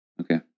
Okay